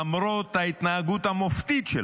למרות ההתנהגות המופתית שלו,